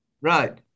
Right